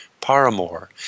Paramore